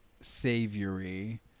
savory